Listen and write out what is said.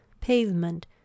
pavement